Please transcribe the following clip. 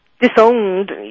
disowned